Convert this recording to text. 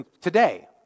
today